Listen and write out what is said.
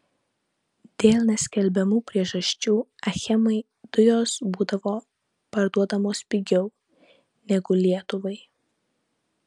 dėl neskelbiamų priežasčių achemai dujos būdavo parduodamos pigiau negu lietuvai